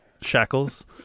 shackles